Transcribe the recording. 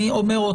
אני אומר שוב